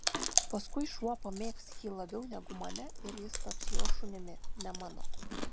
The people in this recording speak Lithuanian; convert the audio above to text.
paskui šuo pamėgs jį labiau negu mane ir jis taps jo šunimi ne mano